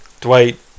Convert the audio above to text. Dwight